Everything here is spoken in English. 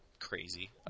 crazy